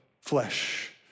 flesh